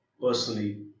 personally